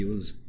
Use